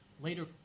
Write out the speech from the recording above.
later